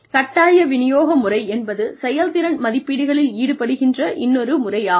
கட்டாய விநியோக முறை என்பது செயல்திறன் மதிப்பீடுகளில் ஈடுபடுகின்ற இன்னொரு முறை ஆகும்